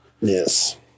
Yes